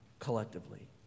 Collectively